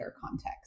context